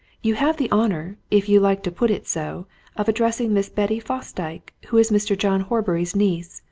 you have the honour if you like to put it so of addressing miss betty fosdyke, who is mr. john horbury's niece,